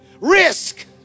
Risk